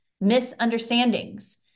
misunderstandings